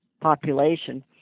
population